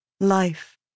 Life